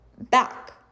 back